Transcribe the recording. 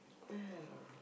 uh